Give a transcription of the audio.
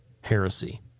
heresy